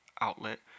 outlet